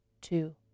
two